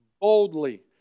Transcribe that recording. boldly